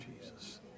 Jesus